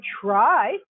try